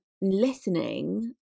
listening